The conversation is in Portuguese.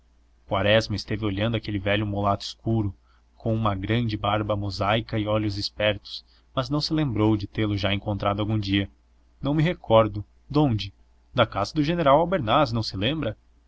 quaresma esteve olhando aquele velho mulato escuro com uma grande barba mosaica e olhos espertos mas não se lembrou de tê-lo já encontrado algum dia não me recordo donde da casa do general albernaz não se lembra